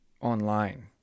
online